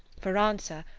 for answer,